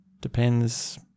Depends